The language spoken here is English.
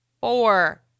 Four